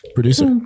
Producer